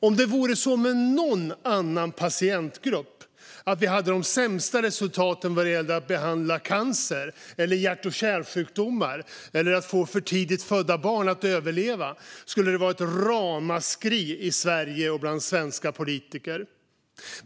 Om det vore så med någon annan patientgrupp - om vi hade de sämsta resultaten vad gäller att behandla cancer eller hjärt och kärlsjukdomar eller att få för tidigt födda barn att överleva - skulle det vara ett ramaskri i Sverige och bland svenska politiker.